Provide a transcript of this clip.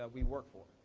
ah we work for.